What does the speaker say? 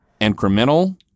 incremental